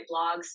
blogs